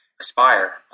aspire